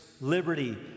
liberty